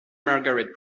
margaret